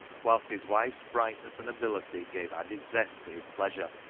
whilst his wife's brightness and ability gave added zest to his pleasure,